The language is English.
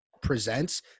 presents